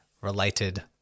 related